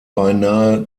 beinahe